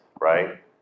right